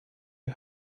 you